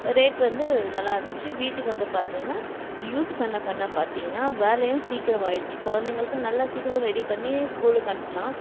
rate வந்து நல்லா இருந்திச்சு வீட்டுக்கு வந்து பார்த்திங்னா யூஸ் பண்ண பண்ண பார்த்திங்னா வேலையும் சீக்கிரம் ஆயிடுச்சு குழந்தைங்களுக்கும் நல்ல சீக்கிரம் ரெடி பண்ணி ஸ்கூலுக்கு அனுப்பலாம்